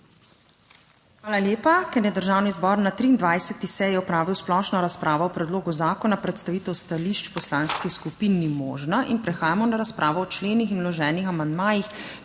(Nadaljevanje) Ker je Državni zbor na 23. seji opravil splošno razpravo o predlogu zakona, predstavitev stališč poslanskih skupin ni možna. In prehajamo na razpravo o členih in vloženih amandmajih,